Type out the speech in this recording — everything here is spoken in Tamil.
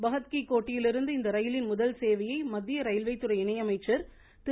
பகத் கீ கோட்டிலிருந்து இந்த ரயிலின் முதல் சேவையை மத்திய ரயில்வே துறை இணை அமைச்சர் திரு